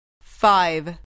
Five